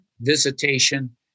visitation